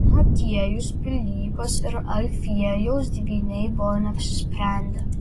motiejus pilypas ir alfiejaus dvyniai buvo neapsisprendę